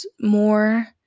more